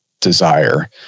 desire